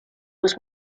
was